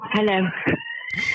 Hello